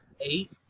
Eight